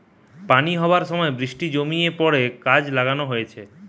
পানি হবার সময় বৃষ্টি জমিয়ে পড়ে কাজে লাগান হয়টে